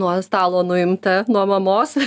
nuo stalo nuimta nuo mamos